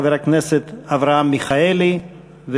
חבר הכנסת אברהם מיכאלי,